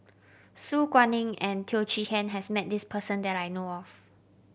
Su Guaning and Teo Chee Hean has met this person that I know of